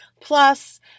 plus